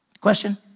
Question